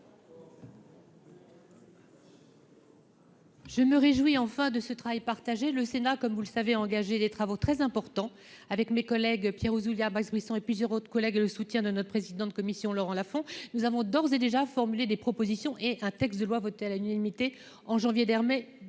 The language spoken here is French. Je me réjouis, enfin de ce travail partagé le Sénat comme vous le savez, engager des travaux très importants avec mes collègues Pierre Ouzoulias et plusieurs autres collègues, le soutien de notre président de commission, Laurent Lafon, nous avons d'ores et déjà formulé des propositions et un texte de loi voté à la nuit, en janvier dernier,